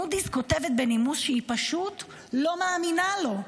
מודי'ס כותבת בנימוס שהיא פשוט לא מאמינה לו.